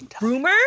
rumor